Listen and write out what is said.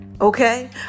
Okay